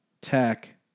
Tech